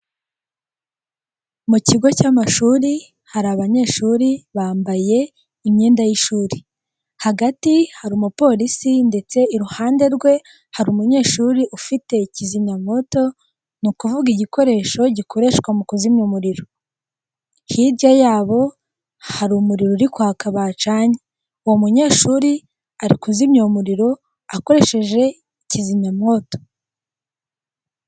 Mu kigo cy'amashuri hari abanyeshuri bambaye imyenda y'ishuri, hagati hari umupolisi ndetse iruhande rwe hari umunyeshuri ufite kizimyamoto, ni ukuvuga igikoresho gikoreshwa mu kuzimya umuriro, hirya yabo hari umuriro uri kwaka bacanye, uwo munyeshuri ari kuzimya umuriro akoresheje kizimyamoto.